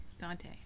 Dante